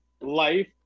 life